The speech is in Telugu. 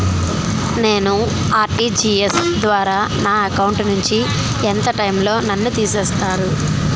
నేను ఆ.ర్టి.జి.ఎస్ ద్వారా నా అకౌంట్ నుంచి ఎంత టైం లో నన్ను తిసేస్తారు?